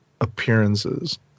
appearances